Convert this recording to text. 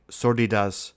sordidas